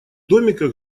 домиках